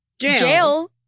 jail